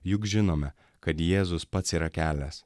juk žinome kad jėzus pats yra kelias